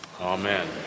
Amen